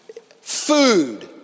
Food